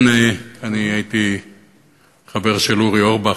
כן, אני הייתי חבר של אורי אורבך.